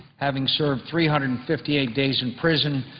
having served three hundred and fifty eight days in prison,